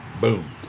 boom